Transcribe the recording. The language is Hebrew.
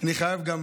אני חייב גם